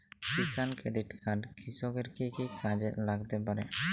কিষান credit card কৃষকের কি কি কাজে লাগতে পারে?